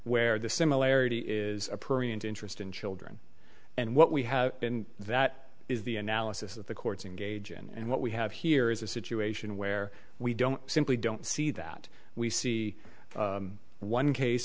where the similarity is appropriate interest in children and what we have been that is the analysis that the courts engage and what we have here is a situation where we don't simply don't see that we see one case